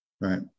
right